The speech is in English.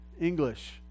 English